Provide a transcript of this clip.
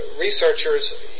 researchers